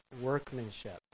workmanship